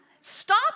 Stop